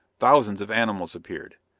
thousands of animals appeared.